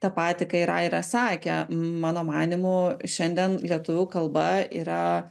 tą patį ką ir aira sakė mano manymu šiandien lietuvių kalba yra